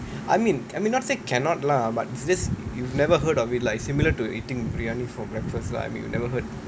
I mean I mean not say cannot lah but this you've never heard of it like similar to eating biryani for breakfast lah I mean you never heard